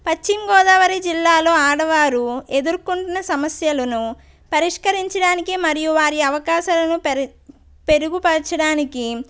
పశ్చిమగోదావరి జిల్లాలో ఆడవారు ఎదుర్కొంటున్న సమస్యలను పరిష్కరించడానికి మరియు వారి అవకాశాలను పెరగ పెరుగుపరచడానికి